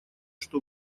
что